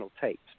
tapes